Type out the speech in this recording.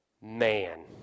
man